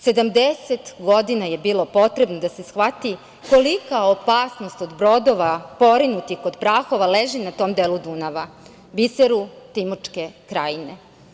Sedamdeset godina je bilo potrebno da se shvati kolika opasnost od brodova porinutih kod Prahova leži na tom delu Dunava, biseru Timočke Krajine.